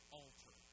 altar